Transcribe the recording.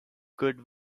good